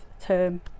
term